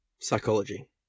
Psychology